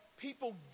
people